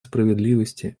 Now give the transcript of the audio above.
справедливости